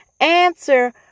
answer